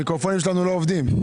המיקרופונים שלנו לא עובדים.